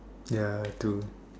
ya I have to